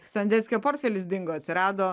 sondeckio portfelis dingo atsirado